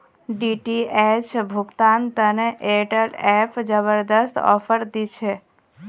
DTH भुगतान तने Airtel app जबरदस्त ऑफर दी छे